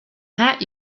hat